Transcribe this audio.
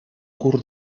curt